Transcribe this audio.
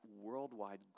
worldwide